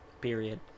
period